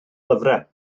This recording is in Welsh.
lyfrau